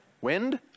wind